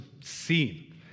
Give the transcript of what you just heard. seen